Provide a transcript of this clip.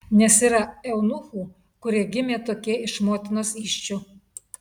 nes yra eunuchų kurie gimė tokie iš motinos įsčių